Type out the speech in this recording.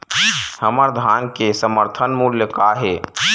हमर धान के समर्थन मूल्य का हे?